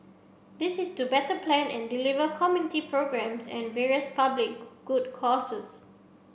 this is to better plan and deliver community programmes and the various public good causes